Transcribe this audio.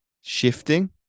shifting